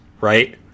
right